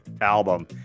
album